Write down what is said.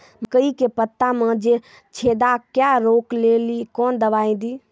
मकई के पता मे जे छेदा क्या रोक ले ली कौन दवाई दी?